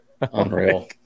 unreal